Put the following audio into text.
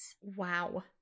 Wow